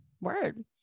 word